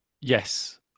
Yes